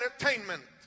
entertainment